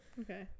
okay